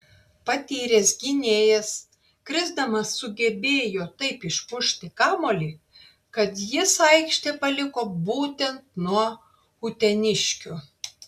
patyręs gynėjas krisdamas sugebėjo taip išmušti kamuolį kad jis aikštę paliko būtent nuo uteniškio